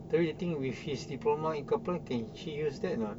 don't you think with his diploma in kaplan can she use that or not